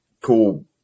cool